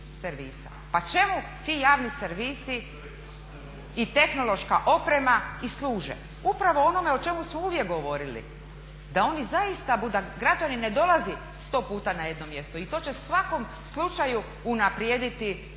Pa čemu ti javni servisi i tehnološka oprema i služe? Upravo onome o čemu smo uvijek govorili, da oni zaista, da građanin ne dolazi sto puta na jedno mjesto i to će u svakom slučaju unaprijediti, dakle